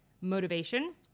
motivation